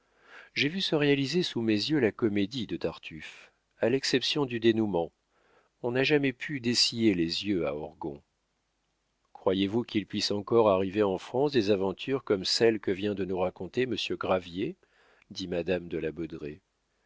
j'ai vu se réaliser sous mes yeux la comédie de tartuffe à l'exception du dénoûment on n'a jamais pu dessiller les yeux à orgon croyez-vous qu'il puisse encore arriver en france des aventures comme celle que vient de nous raconter monsieur gravier dit madame de la